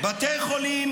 בתי חולים